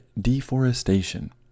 deforestation